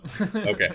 Okay